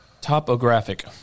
Topographic